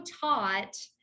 taught